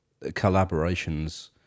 collaborations